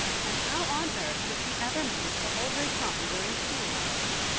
and how on earth would she ever manage to hold her tongue during school hours?